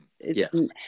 Yes